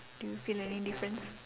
do you feel any difference